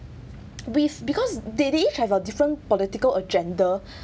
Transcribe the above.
with because they each have a different political agenda